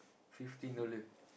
fifteen dollar